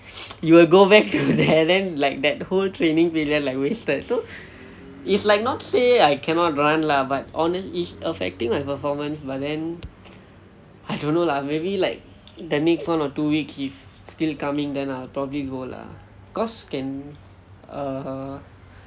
you will go back to there then like that whole training period like wasted so it's like not say I cannot run lah but honest~ it's affecting my performance but then I don't know lah maybe like the next one or two weeks if still coming then I'll probably go lah cause can err